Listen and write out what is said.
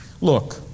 Look